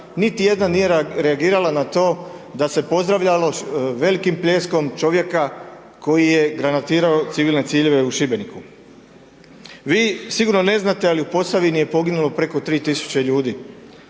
niti jedna nije reagirala na to da se pozdravljalo velikim pljeskom čovjeka koji je granatirao civilne ciljeve u Šibeniku. Vi sigurno ne znate ali u Posavini je poginulo preko 3000 ljudi,